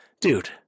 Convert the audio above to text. dude